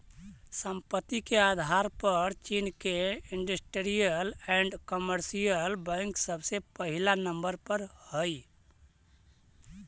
संपत्ति के आधार पर चीन के इन्डस्ट्रीअल एण्ड कमर्शियल बैंक सबसे पहिला नंबर पर हई